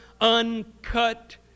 uncut